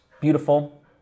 beautiful